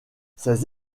ces